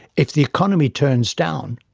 if the economy turns down,